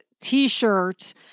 t-shirt